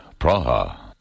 Praha